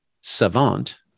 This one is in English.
savant